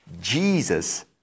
Jesus